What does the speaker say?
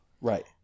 Right